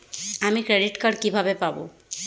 আমি credit card কিভাবে পাবো?